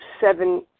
seven